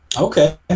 Okay